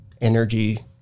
energy